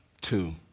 Two